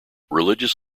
religious